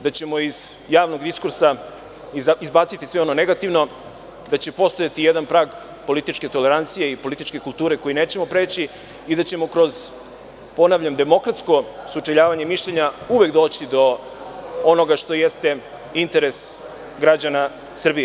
Da ćemo iz javnog diskursa izbaciti sve ono negativno, da će postojati jedan prag političke tolerancije i političke kulture koji nećemo preći i da ćemo kroz demokratsko sučeljavanje mišljenja uvek doći do onoga što jeste interes građana Srbije.